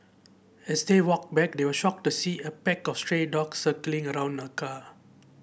as they walked back they were shocked to see a pack of stray dogs circling around the car